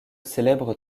célèbre